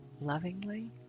lovingly